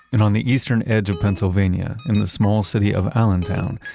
and on the eastern edge of pennsylvania, in the small city of allentown,